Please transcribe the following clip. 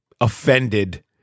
offended